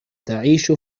تعيش